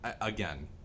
Again